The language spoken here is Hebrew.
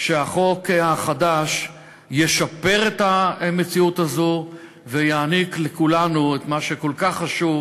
שהחוק החדש ישפר את המציאות הזאת ויעניק לכולנו את מה שכל כך חשוב,